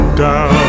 down